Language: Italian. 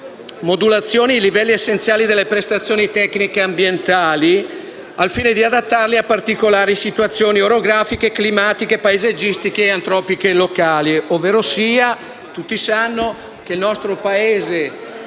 modulazioni ai livelli essenziali delle prestazioni tecniche ambientali (LEPTA), al fine di adattarli a particolari situazioni orografiche, climatiche, paesaggistiche o antropiche locali».